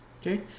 Okay